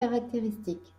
caractéristiques